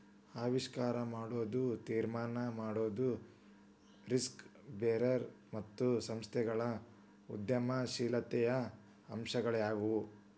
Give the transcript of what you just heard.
ಆವಿಷ್ಕಾರ ಮಾಡೊದು, ತೀರ್ಮಾನ ಮಾಡೊದು, ರಿಸ್ಕ್ ಬೇರರ್ ಮತ್ತು ಸಂಸ್ಥೆಗಳು ಉದ್ಯಮಶೇಲತೆಯ ಅಂಶಗಳಾಗ್ಯಾವು